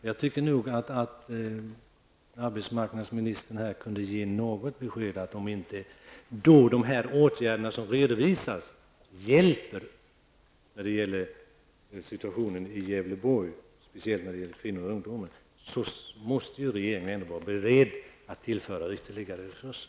Jag tycker nog att arbetsmarknadsministern borde kunna ge ett besked att om inte de åtgärder som redovisas för att klara situationen i Gävleborgs län, speciellt när det gäller kvinnor och ungdom, inte hjälper, skall regeringen vara beredd att tillföra ytterligare resurser.